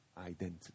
identity